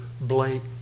blank